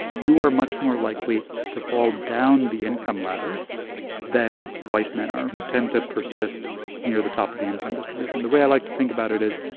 you are much more likely to fall down the income ladder than white men are, who tend to persist near the top of the income distribution the way i like to think about it is,